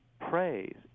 praise